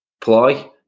ploy